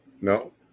No